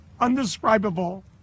undescribable